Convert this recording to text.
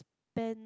pen